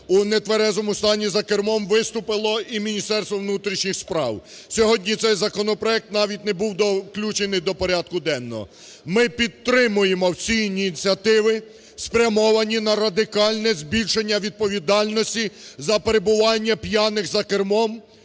у нетверезому стані за кермом виступило і Міністерство внутрішніх справ. Сьогодні цей законопроект навіть не був включений до порядку денного. Ми підтримуємо всі ініціативи спрямовані на радикальне збільшення відповідальності за перебування п'яних за кермом,